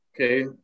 Okay